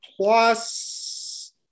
plus